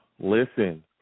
listen